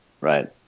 right